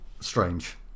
Strange